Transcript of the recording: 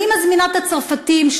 אני מזמינה את הצרפתים,